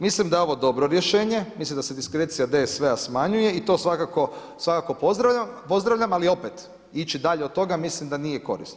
Mislim da je ovo dobro rješenje, mislim da se diskrecija DSV-a smanjuje i to svakako pozdravljam, ali opet, ići dalje od toga, mislim da nije korisno.